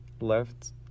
left